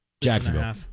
Jacksonville